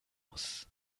muss